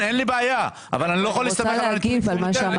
אין לי בעיה אבל אני לא יכול להסתמך על הנתונים שלו.